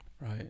right